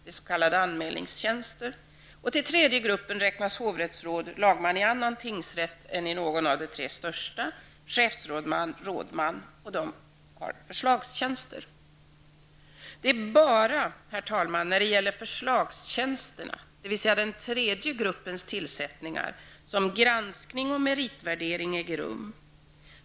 Det är s.k. anmälningstjänster. Till den tredje gruppen räknas hovrättsråd, lagman i annan tingsrätt än i någon av de tre största, chefsrådman och rådman. De har förslagstjänster. Det är bara, herr talman, när det gäller förslagstjänsterna -- dvs. den tredje gruppens tillsättningar -- som granskning och meritvärdering äger rum.